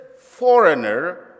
foreigner